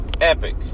epic